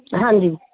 ਹਾਂਜੀ